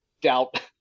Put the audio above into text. doubt –